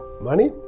money